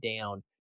down